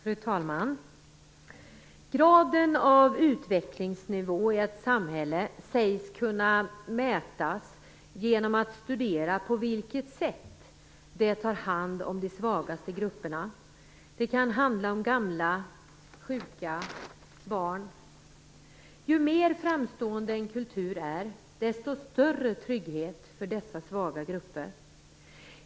Fru talman! Graden av utvecklingsnivå i ett samhälle sägs man kunna mäta genom att studera på vilket sätt samhället tar hand om de svagaste grupperna - det kan handla om gamla, sjuka eller barn. Ju mer framstående en kultur är, desto större är tryggheten för dessa svaga grupper.